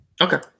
Okay